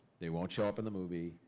they won't show up in the movie.